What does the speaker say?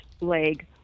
leg